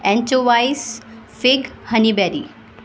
اینچو وائس fig honey بیری